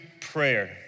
prayer